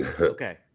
Okay